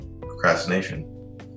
procrastination